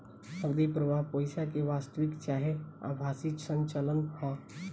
नगदी प्रवाह पईसा के वास्तविक चाहे आभासी संचलन ह